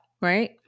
Right